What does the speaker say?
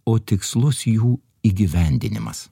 o tikslus jų įgyvendinimas